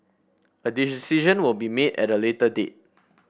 a decision will be made at a later date